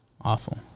Awful